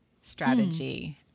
strategy